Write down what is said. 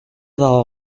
dago